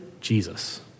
Jesus